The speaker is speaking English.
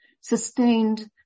sustained